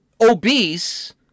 obese